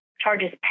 charges